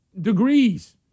degrees